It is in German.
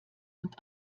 und